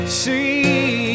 see